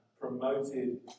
promoted